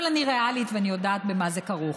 אבל אני ריאלית ואני יודעת במה זה כרוך.